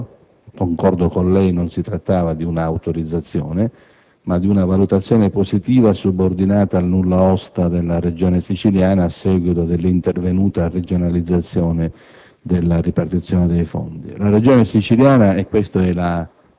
si era ottenuta una valutazione positiva da parte del Ministero. Al riguardo, concordo con lei che non si trattava di una autorizzazione, ma di una valutazione positiva, subordinata al nulla osta della Regione siciliana a seguito dell'intervenuta regionalizzazione della